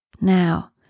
Now